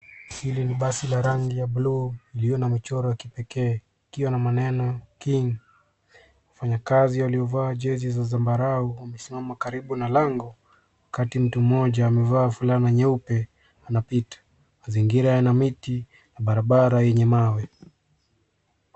Hili ni basi la rangi ya bluu iliyo na michoro ya kipekee. Ikiwa na maneno king. Wafanyikazi waliovaa jezi za zambarau wamesimama karibu na lango, wakati mtu mmoja amevaa fulana nyeupe anapita. Mazingira yana miti na barabara yenye mawe.